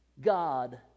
God